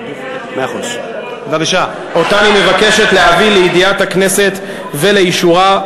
אני מבקש להביא אותה לידיעת הכנסת ולאישורה.